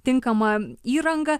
tinkamą įrangą